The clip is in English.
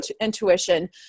intuition